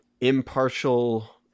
impartial